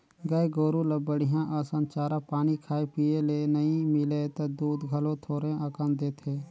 गाय गोरु ल बड़िहा असन चारा पानी खाए पिए ले नइ मिलय त दूद घलो थोरहें अकन देथे